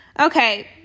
Okay